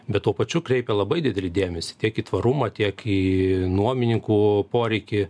bet tuo pačiu kreipia labai didelį dėmesį tiek į tvarumą tiek į nuomininkų poreikį